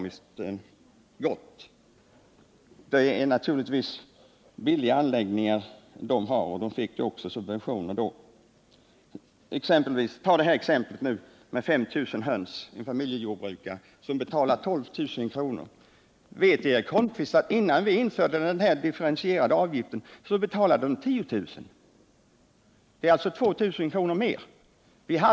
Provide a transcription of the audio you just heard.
Anläggningarna som de har är efter dagens mått billiga nu, och de fick ju dessutom subventioner till uppförandet av dem. Vi kan ta exemplet med 5 000 höns som familjejordbrukaren betalar 12 000 kr. för. Vet Eric Holmqvist att han innan vi införde den differentierade avgiften betalade 10 000 kr. i s.k. kläckningsavgift? Det är alltså 2 000 kr. i ökad avgift.